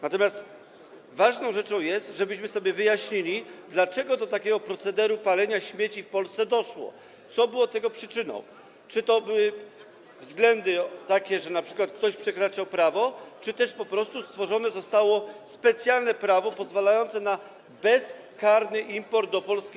Natomiast ważną rzeczą jest, żebyśmy sobie wyjaśnili, dlaczego doszło do takiego procederu palenia śmieci w Polsce, co było tego przyczyną - czy to były takie względy, że np. ktoś przekraczał prawo, czy też po prostu stworzone zostało specjalne prawo pozwalające na bezkarny import śmieci do Polski.